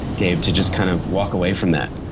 dave, to just kind of walk away from that.